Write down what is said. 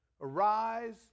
Arise